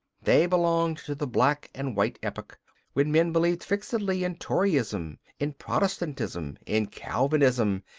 they belonged to the black and white epoch when men believed fixedly in toryism, in protestantism, in calvinism,